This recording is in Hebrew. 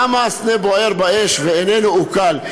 למה הסנה בוער באש ואיננו אוכל.